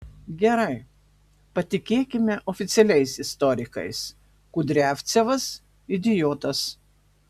gerai patikėkime oficialiais istorikais kudriavcevas idiotas